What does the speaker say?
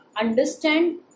understand